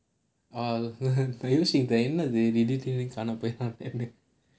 ah பொய் சொல்ற என்னது திடீர் தீடீர் னு காணாம போயிறான் அப்டினு:poi solra ennathu thideer thideernu kaanamaa poyiraan appadinu